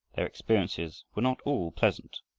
their experiences were not all pleasant.